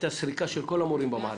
הייתה סריקה של כל המורים במערכת החינוך.